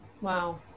Wow